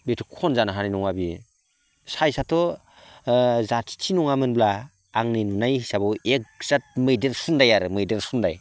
बेथ' खनजानो हानाय नङा बियो साइसाथ' ओ जाथिथि नङामोनब्ला आंनि नुनाय हिसाबाव एक जाथ मैदेर सुनदाय आरो मैदेर सुनदाय